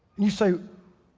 you say,